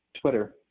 Twitter